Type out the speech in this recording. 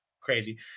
crazy